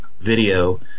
video